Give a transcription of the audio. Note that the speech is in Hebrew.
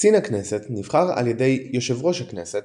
קצין הכנסת נבחר על ידי יו"ר הכנסת,